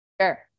sure